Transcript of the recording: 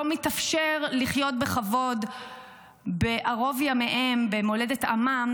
מתאפשר לחיות בכבוד בערוב ימיהם במולדת עמם,